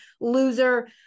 loser